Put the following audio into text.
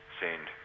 send